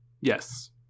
Yes